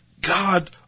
God